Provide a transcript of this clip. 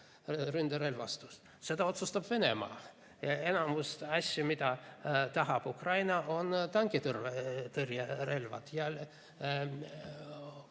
Ründerelvastus? Seda otsustab Venemaa. Enamik asju, mida tahab Ukraina, on tankitõrjerelvad ja